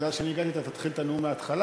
שמכיוון שאני הגעתי אתה תתחיל את הנאום מההתחלה.